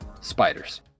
spiders